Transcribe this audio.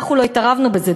אנחנו לא התערבנו בזה,